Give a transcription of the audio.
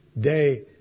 day